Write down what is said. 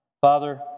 Father